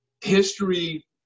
history